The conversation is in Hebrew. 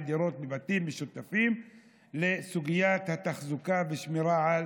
דירות בבתים משותפים בסוגיית התחזוקה והשמירה על